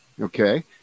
okay